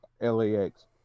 LAX